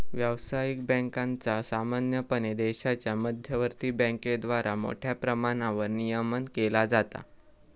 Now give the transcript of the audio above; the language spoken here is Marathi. व्यावसायिक बँकांचा सामान्यपणे देशाच्या मध्यवर्ती बँकेद्वारा मोठ्या प्रमाणावर नियमन केला जाता